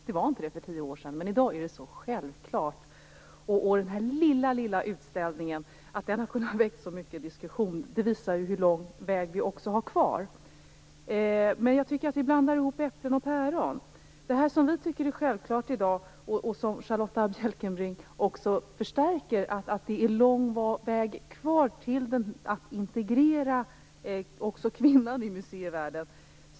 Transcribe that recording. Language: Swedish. Det var det inte för tio år sedan, men i dag är det självklart. Att den här lilla utställningen har kunnat väcka så mycket diskussion visar också hur lång väg vi har kvar. Jag tycker att vi blandar ihop äpplen och päron. Det vi i dag tycker är självklart, och som Charlotta Bjälkebring också förstärker, är att det är lång väg kvar till att integrera också kvinnan i museivärlden.